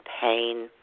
pain